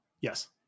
Yes